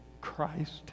Christ